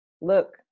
look